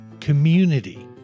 community